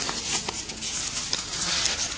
Hvala.